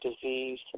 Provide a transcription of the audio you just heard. disease